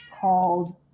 called